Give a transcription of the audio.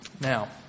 Now